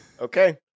Okay